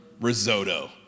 risotto